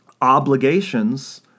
obligations